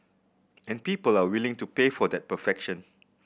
and people are willing to pay for that perfection